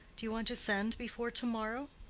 do you want to send before to-morrow?